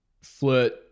flirt